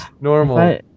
normal